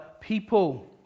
people